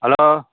hello